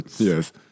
Yes